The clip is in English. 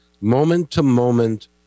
moment-to-moment